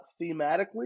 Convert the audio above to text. thematically